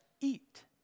eat